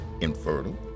infertile